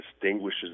distinguishes